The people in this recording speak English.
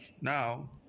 Now